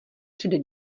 přede